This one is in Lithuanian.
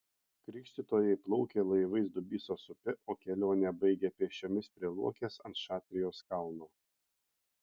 krikštytojai plaukė laivais dubysos upe o kelionę baigė pėsčiomis prie luokės ant šatrijos kalno